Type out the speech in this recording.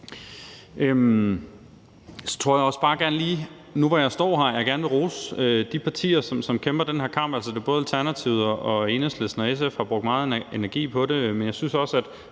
Så tror jeg også bare, at jeg nu, hvor jeg står her, gerne lige vil rose de partier, som kæmper den her kamp. Altså, både Alternativet, Enhedslisten og SF har brugt meget energi på det, men jeg synes også, at